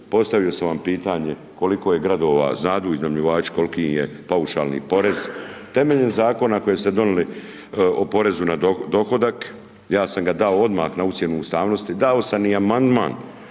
postavio sam vam pitanje, koliko je gradova, znaju li iznajmljivači koliki im je paušalni porez? Temeljem zakona koji ste donijeli o porezu na dohodak ja sam ga dao odmah na ocjenu ustavnosti, dao sam i amandman